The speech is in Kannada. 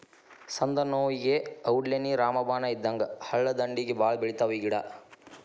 ಸಂದನೋವುಗೆ ಔಡ್ಲೇಣ್ಣಿ ರಾಮಬಾಣ ಇದ್ದಂಗ ಹಳ್ಳದಂಡ್ಡಿಗೆ ಬಾಳ ಬೆಳಿತಾವ ಈ ಗಿಡಾ